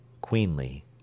Queenly